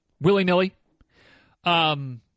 willy-nilly